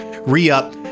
Re-up